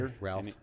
Ralph